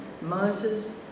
Moses